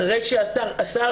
אחר שהשר,